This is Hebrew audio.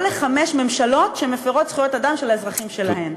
לא לחמש ממשלות שמפרות זכויות אדם של האזרחים שלהן.